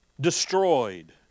destroyed